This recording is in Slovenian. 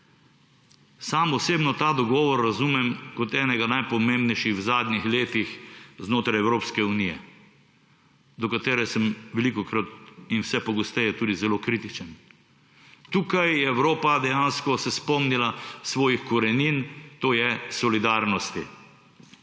Sam osebno ta dogovor razumem kot enega najpomembnejših v zadnjih letih znotraj Evropske unije, do katere sem velikokrat in vse pogosteje tudi zelo kritičen. Tukaj se je Evropa dejansko spomnila svojih korenin, to je solidarnosti.